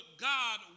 God